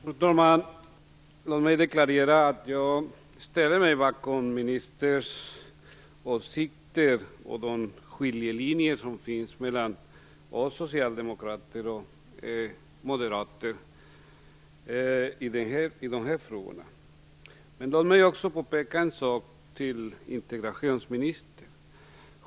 Fru talman! Låt mig deklarera att jag ställer mig bakom ministerns åsikter i de frågor där det går en skiljelinje mellan oss socialdemokrater och moderaterna i de här frågorna. Låt mig också påpeka en sak för integrationsministern.